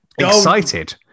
Excited